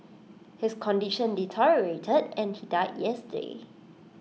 his condition deteriorated and he died yesterday